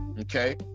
Okay